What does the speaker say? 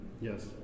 Yes